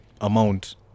amount